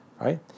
right